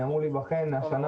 אני אמור להיבחן השנה